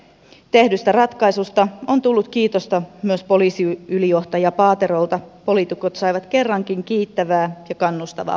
tehdystä ratkaisusta on tullut kiitosta myös poliisiylijohtaja paaterolta poliitikot saivat kerrankin kiittävää ja kannustavaa palautetta